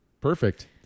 Perfect